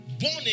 born